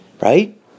Right